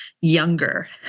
Younger